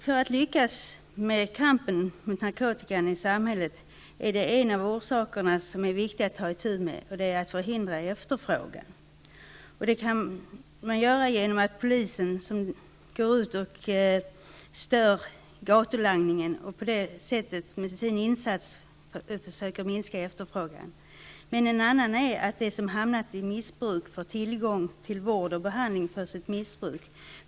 För att lyckas med kampen mot narkotikan i samhället är det viktigt att ta itu med en av orsakerna, nämligen att förhindra efterfrågan. Det kan man göra genom att polisen går ut och stör gatulangningen och på det sättet med sin insats försöker minska efterfrågan. En annan åtgärd är att de som hamnat i missbruk får tillgång till vård och behandling för sitt missbruk.